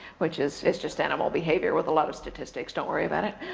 which is is just animal behavior with a lot of statistics, don't worry about it.